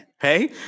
Hey